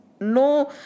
no